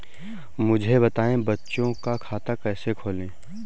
मुझे बताएँ बच्चों का खाता कैसे खोलें?